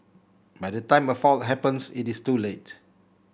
by the time a fault happens it is too late